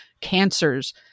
cancers